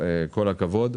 כל הכבוד.